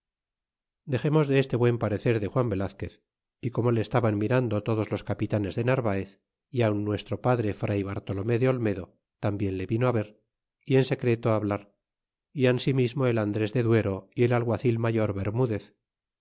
dexemos de este buen parecer de juan velazquez y como le estaban mirando todos los capitanes de narvaez y aun nuestro padre fray bartolomé de olmedo tambien le vino ver y en secreto hablar y ansimismo el andres de duero y el alguacil mayor bermudez